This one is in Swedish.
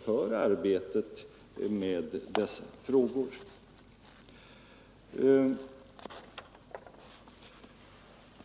för arbetet med dessa frågor.